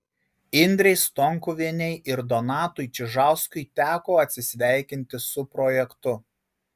indrei stonkuvienei ir donatui čižauskui teko atsisveikinti su projektu